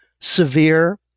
severe